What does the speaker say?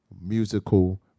musical